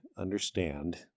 Understand